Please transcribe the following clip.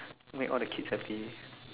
make all the kids happy